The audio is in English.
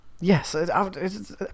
yes